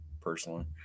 personally